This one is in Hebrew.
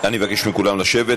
אני אבקש מכולם לשבת.